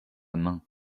main